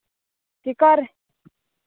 ते घर